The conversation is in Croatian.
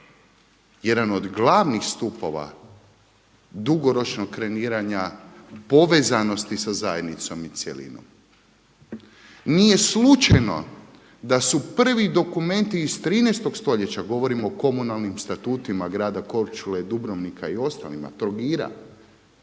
jedan od glavnih stupova dugoročnog …/Govornik se ne razumije./… povezanosti sa zajednicom i cjelinom. Nije slučajno da su prvi dokumenti iz 13 stoljeća govorim o komunalnim statutima grada Korčule i Dubrovnika i ostalima Trogira